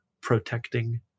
protecting